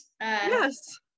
Yes